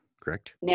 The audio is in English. correct